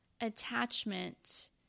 attachment